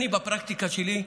בפרקטיקה שלי,